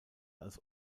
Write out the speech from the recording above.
als